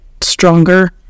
stronger